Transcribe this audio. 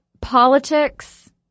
Politics